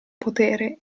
potere